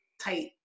tight